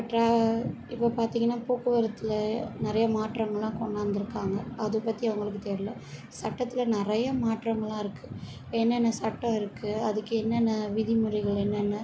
இப்போ ட்ர இப்போ பார்த்தீங்கனா போக்குவரத்தில் நிறைய மாற்றங்களெல்லாம் கொண்டாந்திருக்காங்க அதைப் பற்றி அவங்களுக்கு தெரில சட்டத்தில் நிறையா மாற்றங்களெல்லாம் இருக்குது என்னென்ன சட்டம் இருக்குது அதுக்கு என்னென்ன விதி முறைகள் என்னென்ன